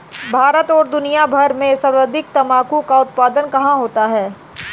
भारत और दुनिया भर में सर्वाधिक तंबाकू का उत्पादन कहां होता है?